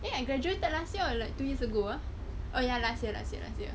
eh I graduated last year or like two years ago oh ya last year last year last year